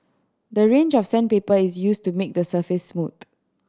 the range of sandpaper is used to make the surface smooth